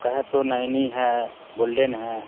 कहे तो नैनी है गोल्डेन है